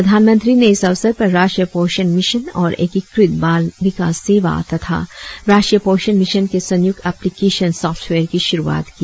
प्रधानमंत्री ने इस अवसर पर राष्ट्रीय पोषण मिशन और एकीकृत बाल विकास सेवा तथा राष्ट्रीय पोषण मिशन के संयुक्त ऐप्लीकेशन साँफ्टवेयर की शुरुआत की